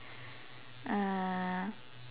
uh